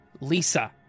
Lisa